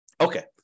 Okay